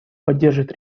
поддержит